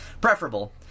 preferable